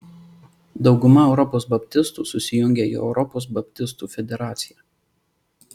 dauguma europos baptistų susijungę į europos baptistų federaciją